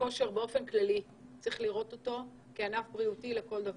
הכושר באופן כללי כענף בריאותי לכל דבר.